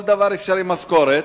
את המשכורת,